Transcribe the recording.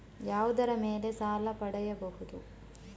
ಯಾವುದರ ಮೇಲೆ ಸಾಲ ಪಡೆಯಬಹುದು?